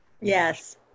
Yes